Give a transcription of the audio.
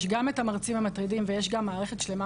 יש גם המרצים המטרידים וגם מערכת שלמה